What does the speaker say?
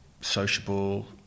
sociable